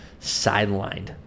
sidelined